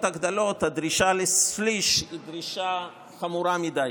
הגדולות הדרישה לשליש היא דרישה חמורה מדי,